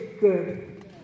good